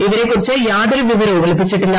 ഇവരെക്കുറിച്ച് യാതൊരു വിവരവും ലഭിച്ചിട്ടില്ല